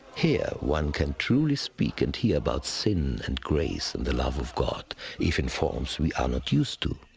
here one can truly speak and hear about sin and grace the love of god if in forms we are not used to.